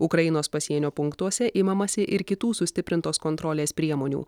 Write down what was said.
ukrainos pasienio punktuose imamasi ir kitų sustiprintos kontrolės priemonių